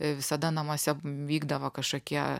visada namuose vykdavo kažkokie